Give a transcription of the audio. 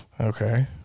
Okay